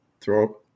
throw